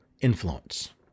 influence